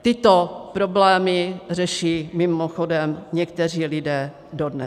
Tyto problémy řeší mimochodem někteří lidé dodnes.